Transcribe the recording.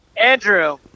Andrew